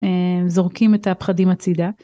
זורקים את הפחדים הצידה.